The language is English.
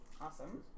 awesome